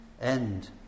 end